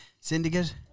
syndicate